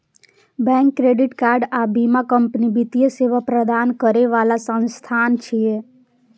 bank, credit card आ बीमा company वित्तीय सेवा प्रदान करै बला संस्थान छियै